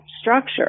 structure